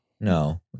No